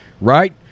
right